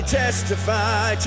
testify